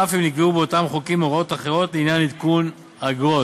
אף אם נקבעו באותם חוקים הוראות אחרות לעניין עדכון אגרות.